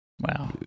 Wow